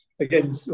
again